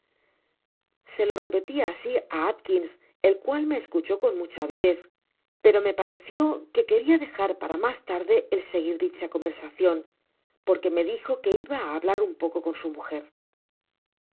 se lo repeli asi á alkins el cual me escuchó con mucha avidez pero me pareció que queria dejar para mas tarde el seguir dicha conversacion porque me dijo que iba á hablar un poco con su mujer en